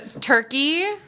turkey